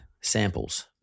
samples